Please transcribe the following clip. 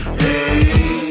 hey